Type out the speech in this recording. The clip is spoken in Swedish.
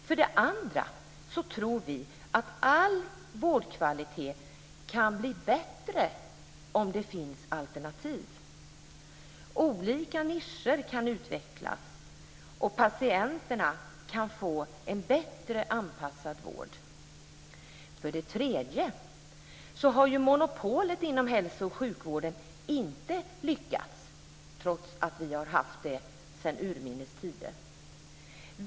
För det andra tror vi att all vårdkvalitet kan bli bättre om det finns alternativ. Olika nischer kan utvecklas och patienterna kan få en bättre anpassad vård. För det tredje har ju monopolet inom hälso och sjukvården inte lyckats trots att vi har haft monopol sedan urminnes tider.